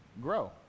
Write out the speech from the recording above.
grow